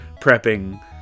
prepping